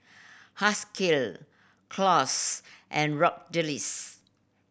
Haskell Claus and